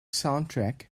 soundtrack